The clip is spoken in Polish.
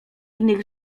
innych